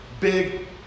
Big